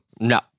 No